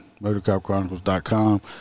MotorCopChronicles.com